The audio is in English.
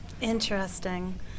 Interesting